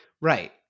Right